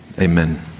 amen